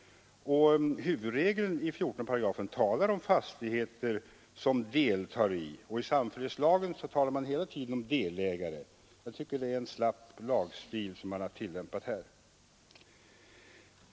I huvudregeln, som finns i 148, talas det också om fastigheter som ”deltar”. I samfällighetslagen talar man hela tiden om ”delägare”. Jag tycker därför att man använder en ganska slapp lagstil i det nya förslaget.